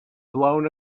blown